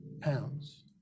pounds